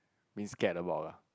means scared about lah